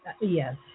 Yes